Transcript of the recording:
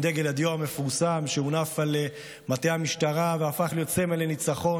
עם דגל הדיו המפורסם שהונף על מטה המשטרה והפך להיות סמל לניצחון.